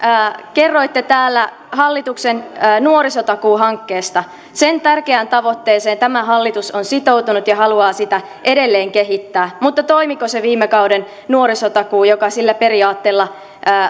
kerroitte täällä hallituksen nuorisotakuuhankkeesta sen tärkeään tavoitteeseen tämä hallitus on sitoutunut ja haluaa sitä edelleen kehittää mutta toimiko se viime kauden nuorisotakuu joka sillä periaatteella